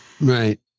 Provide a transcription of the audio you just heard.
right